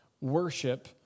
Worship